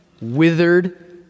withered